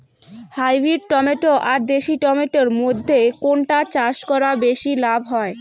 Hybrid tomato আর দেশি tomato এর মইধ্যে কোনটা চাষ করা বেশি লাভ হয়?